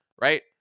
right